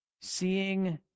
seeing